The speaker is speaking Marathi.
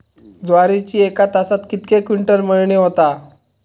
ज्वारीची एका तासात कितके क्विंटल मळणी होता?